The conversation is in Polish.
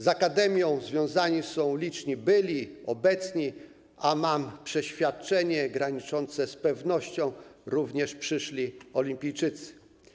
Z akademią związani są liczni byli, obecni, a mam przeświadczenie graniczące z pewnością, że również przyszli olimpijczycy.